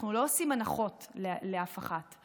אנחנו לא עושים הנחות לאף אחת,